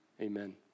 Amen